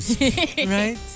Right